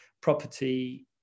property